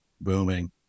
booming